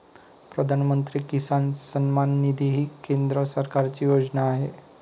प्रधानमंत्री किसान सन्मान निधी ही केंद्र सरकारची योजना आहे